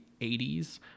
80s